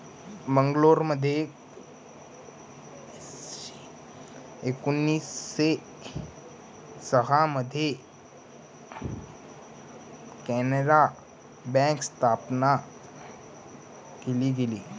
मंगलोरमध्ये एकोणीसशे सहा मध्ये कॅनारा बँक स्थापन केली गेली